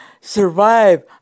survive